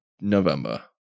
November